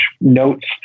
notes